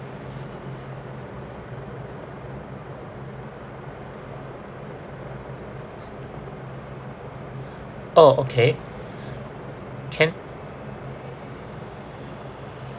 orh okay can